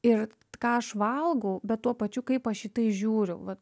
ir ką aš valgau bet tuo pačiu kaip aš į tai žiūriu va